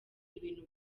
ibintu